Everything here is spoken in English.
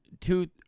two